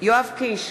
יואב קיש,